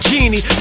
Genie